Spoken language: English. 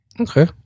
Okay